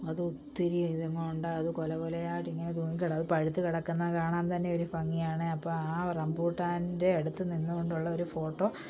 അത് ഒത്തിരി ഇത് ഇങ്ങോട്ട് അത് കുല കുലയായിട്ട് ഇങ്ങനെ തൂങ്ങിക്കിടന്ന് അതു പഴുത്ത് കിടക്കുന്ന കാണാൻ തന്നെ ഒരു ഭംഗിയാണ് അപ്പം ആ റംബൂട്ടാൻ്റെ അടുത്ത് നിന്നുകൊണ്ടുള്ളൊരു ഫോട്ടോ